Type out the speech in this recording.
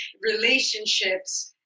relationships